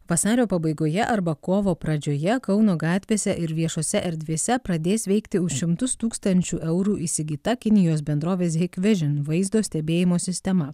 vasario pabaigoje arba kovo pradžioje kauno gatvėse ir viešose erdvėse pradės veikti už šimtus tūkstančių eurų įsigyta kinijos bendrovės hikvision vaizdo stebėjimo sistema